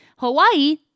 Hawaii